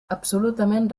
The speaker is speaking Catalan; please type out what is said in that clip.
absolutament